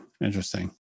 Interesting